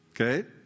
Okay